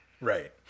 Right